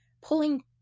pulling